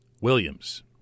Williams